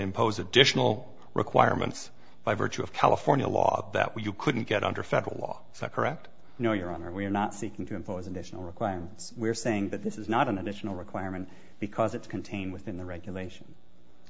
impose additional requirements by virtue of california law that we couldn't get under federal law so i correct you know your honor we're not seeking to impose additional requirements we're saying that this is not an additional requirement because it's contained within the regulation